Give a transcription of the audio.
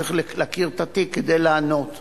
צריך להכיר את התיק כדי לענות.